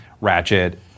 Ratchet